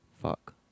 Fuck